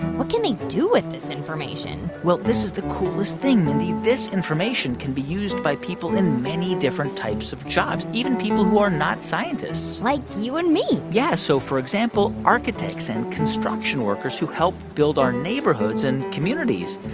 what can they do with this information? well, this is the coolest thing, mindy. this information can be used by people in many different types of jobs, even people who are not scientists like you and me yeah. so for example, architects and construction workers, who help build our neighborhoods and communities,